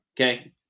Okay